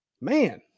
man